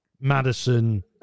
Madison